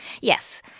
Yes